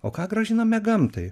o ką grąžiname gamtai